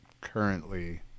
currently